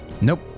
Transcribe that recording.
Nope